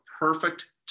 perfect